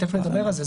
תכף נדבר על זה.